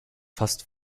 fast